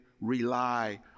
rely